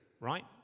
right